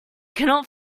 cannot